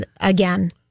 again